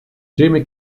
jimmy